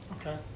Okay